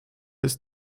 ist